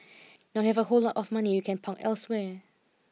now you have a whole lot of money you can park elsewhere